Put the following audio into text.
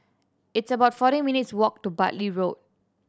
it's about forty minutes' walk to Bartley Road